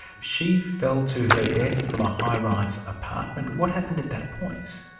she fell to her death from a high-rise apartment. what happened at that point?